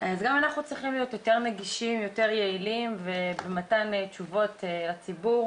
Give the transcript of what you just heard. גם אנחנו צריכים להיות יותר נגישים ויותר יעילים במתן תשובות לציבור,